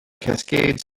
cascades